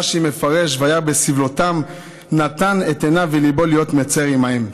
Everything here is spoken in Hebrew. רש"י מפרש: "וירא בסבלתם" נתן את עיניו ואת ליבו להיות מיצר עליהם.